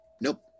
Nope